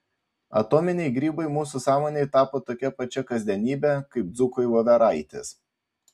atominiai grybai mūsų sąmonei tapo tokia pačia kasdienybe kaip dzūkui voveraitės